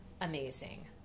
amazing